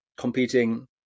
competing